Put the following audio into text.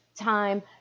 time